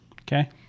Okay